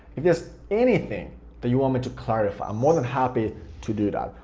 if there's anything that you want me to clarify, i'm more than happy to do that.